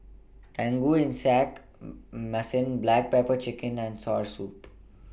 Tauge Ikan Masin Black Pepper Chicken and Soursop